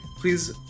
please